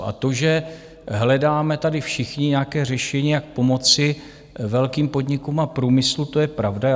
A to, že hledáme tady všichni nějaké řešení, jak pomoci velkým podnikům a průmyslu, to je pravda.